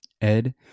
Ed